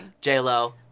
J-Lo